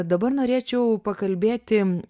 dabar norėčiau pakalbėti